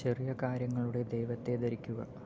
ചെറിയ കാര്യങ്ങളുടെ ദൈവത്തെ ധരിക്കുക